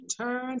turn